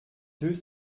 deux